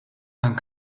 and